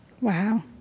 Wow